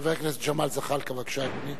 חבר הכנסת ג'מאל זחאלקה, בבקשה, אדוני,